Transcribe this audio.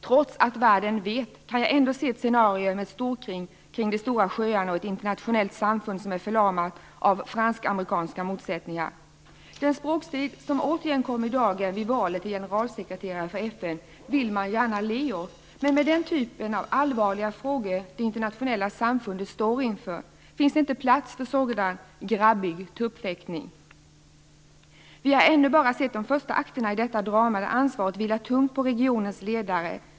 Trots att världen känner till detta kan jag framför mig se ett scenario med ett storkrig kring de stora sjöarna och ett internationellt samfund som är förlamat av fransk-amerikanska motsättningar. Den språkstrid som återigen kom i dagen vid valet till generalsekreterare i FN vill man gärna le åt, men med den typ av allvarliga frågor som det internationella samfundet står inför finns det inte plats för någon sådan grabbig tuppfäktning. Vi har ännu bara sett de första akterna i detta drama, där ansvaret vilar tungt på regionens ledare.